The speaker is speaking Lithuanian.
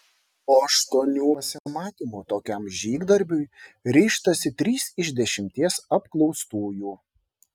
po aštuonių pasimatymų tokiam žygdarbiui ryžtasi trys iš dešimties apklaustųjų